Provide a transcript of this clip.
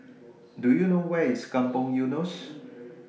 Do YOU know Where IS Kampong Eunos